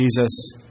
Jesus